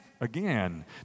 again